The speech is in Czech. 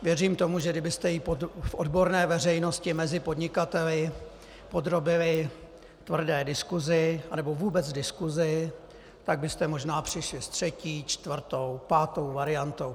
Věřím tomu, že kdybyste ji v odborné veřejnosti mezi podnikateli podrobili tvrdé diskusi, anebo vůbec diskusi, tak byste možná přišli s třetí, čtvrtou, pátou variantou.